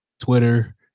Twitter